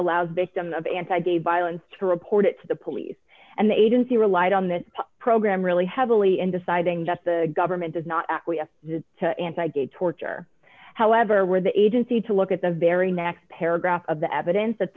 allows victims of anti gay violence to report it to the police and the agency relied on that program really heavily in deciding that the government does not acquiesce to anti gay torture however where the agency to look at the very next paragraph of the evidence that